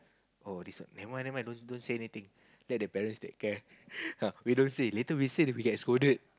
oh this one nevermind nevermind don't don't say anything let the parents take care we don't say later we say then we get scolded